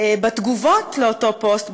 בתגובות על אותו פוסט,